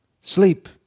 sleep